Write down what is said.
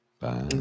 bye